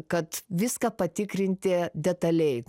kad viską patikrinti detaliai